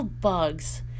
bugs